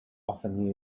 often